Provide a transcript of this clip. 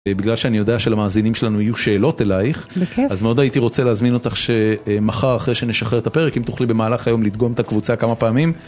בגלל שאני יודע שלמאזינים שלנו יהיו שאלות אלייך. בכייף. אז מאוד הייתי רוצה להזמין אותך שמחר אחרי שנשחרר את הפרק אם תוכלי במהלך היום לדגום את הקבוצה כמה פעמים